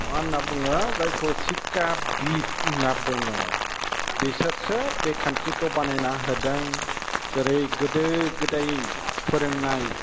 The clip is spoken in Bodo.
मा होन्ना बुङो जायखौ शिक्षा बिद होन्ना बुङो बिसोरसो बे खान्थिखौ बानायना होदों जेरै गोदो गोदाय फोरोंनाय